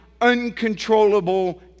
uncontrollable